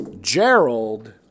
Gerald